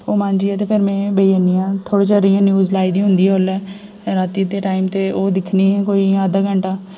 ओह् मांजियै ते फिर में बेही जन्नी आं थोह्ड़ा चिर इ'यां न्यूज लाई दी होंदी ऐ ओल्लै राती दे टाइम ते ओह् दिक्खनी कोई अद्ध घैंटा